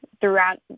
throughout